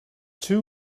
two